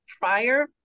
prior